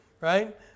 right